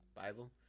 Bible